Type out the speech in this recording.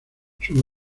sus